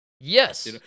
Yes